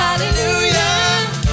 Hallelujah